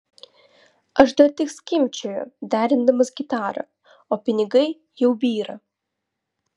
aš dar tik skimbčioju derindamas gitarą o pinigai jau byra